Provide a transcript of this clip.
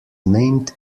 named